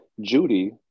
Judy